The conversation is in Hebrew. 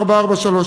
4436